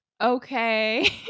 okay